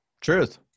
Truth